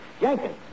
Jenkins